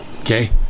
Okay